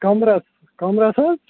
کمبرَس کمبرَس حظ